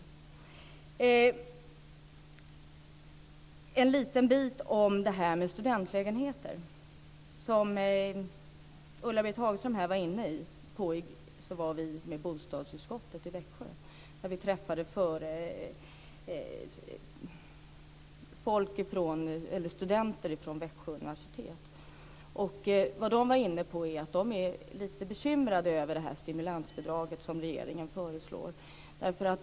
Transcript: Jag vill säga lite om det här med studentlägenheter. Som Ulla-Britt Hagström var inne på var vi i bostadsutskottet i Växjö och träffade studenter från Växjö universitet. De var lite bekymrade över det stimulansbidrag som regeringen föreslår.